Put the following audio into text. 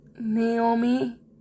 Naomi